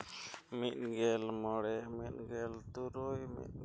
ᱢᱤᱫᱜᱮᱞ ᱢᱚᱬᱮ ᱢᱤᱫᱜᱮᱞ ᱛᱩᱨᱩᱭ